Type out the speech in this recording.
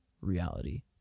reality